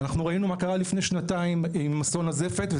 אנחנו ראינו מה קרה לפני שנתיים עם אסון הזפת,